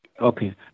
Okay